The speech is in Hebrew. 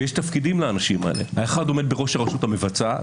ויש תפקידים לאנשים האלה: האחד עומד בראש הרשות המבצעת,